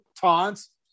taunts